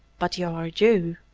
but you are a jew,